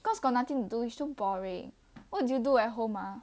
cause got nothing to do it's so boring what do you do at home ah